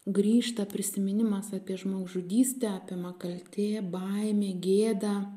grįžta prisiminimas apie žmogžudystę apima kaltė baimė gėda